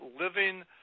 living